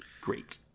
great